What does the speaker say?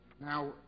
Now